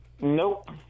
Nope